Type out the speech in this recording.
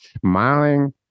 smiling